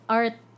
art